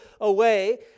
away